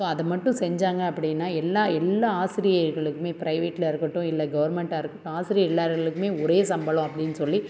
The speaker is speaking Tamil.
ஸோ அதைமட்டும் செஞ்சாங்க அப்டினா எல்லாம் எல்லாம் ஆசிரியர்களுக்குமே பிரைவேட்டில் இருக்கட்டும் இல்லை கவர்மெண்டாக இருக்கட்டும் ஆசிரியர் எல்லார்களுக்குமே ஒரே சம்பளம் அப்படினு சொல்லி